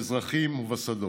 באזרחים ובשדות.